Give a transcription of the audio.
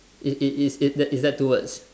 it it is is that two words